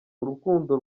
urukundo